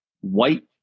white